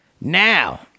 now